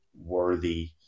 worthy